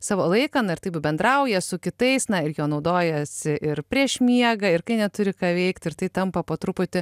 savo laiką ir taip bendrauja su kitais na ir naudojasi ir prieš miegą ir kai neturi ką veikt ir tai tampa po truputį